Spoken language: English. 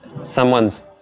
someone's